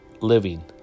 living